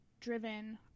driven